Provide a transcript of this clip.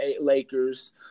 Lakers